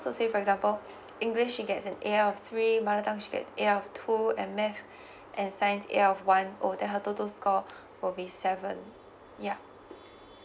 so say for example english she gets an A out of three mother tounge she gets A out of two and math and science A out of one oh then her total score will be seven yup